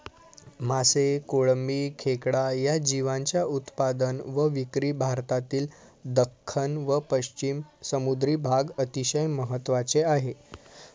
मासे, कोळंबी, खेकडा या जीवांच्या उत्पादन व विक्री भारतातील दख्खन व पश्चिम समुद्री भाग अतिशय महत्त्वाचे आहे